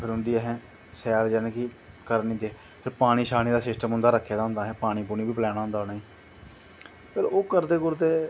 फिर अस उंदी शैल करियै करन गे फिर पानी शानी शानी दा सिस्टम असैं रक्खे दा होंदा पानी बी पलैनां होंदा उनोेंगी और ओह् करदे कुरदे